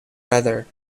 weather